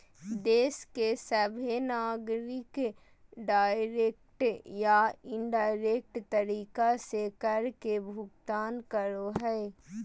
देश के सभहे नागरिक डायरेक्ट या इनडायरेक्ट तरीका से कर के भुगतान करो हय